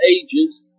ages